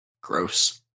Gross